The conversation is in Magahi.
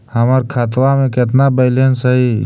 हमर खतबा में केतना बैलेंस हई?